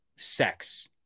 sex